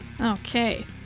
Okay